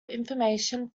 information